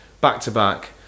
back-to-back